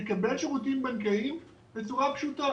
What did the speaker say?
לקבל שירותים בנקאיים בצורה פשוטה.